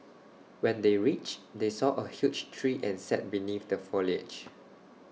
when they reached they saw A huge tree and sat beneath the foliage